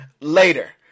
later